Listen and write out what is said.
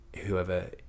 whoever